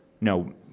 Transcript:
no